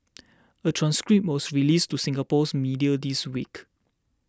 a transcript was released to Singapore's media this week